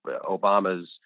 Obama's